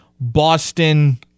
Boston